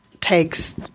takes